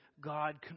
God